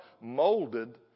Molded